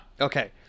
Okay